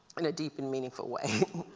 in a deep and meaningful way.